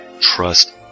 Trust